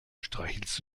streichelst